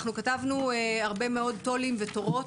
אנחנו כתבנו הרבה מאוד תו"לים ותורות.